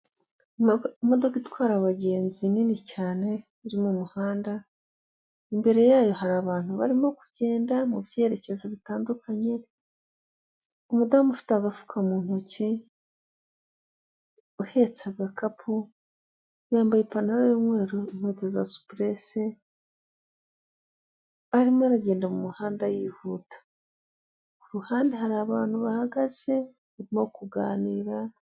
Imodoka itwara abagenzi nini cyane, iri mu muhanda, imbere yayo hari abantu barimo kugenda mu byerekezo bitandukanye, umudamu ufite agafuka mu ntoki, uhetse agakapu, yambaye ipantaro y'umweru, inkweto za supuresi, arimo aragenda mu muhanda yihuta. Ku ruhande hari abantu bahagaze barimo kuganira